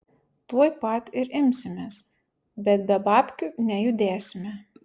tuoj pat ir imsimės bet be babkių nejudėsime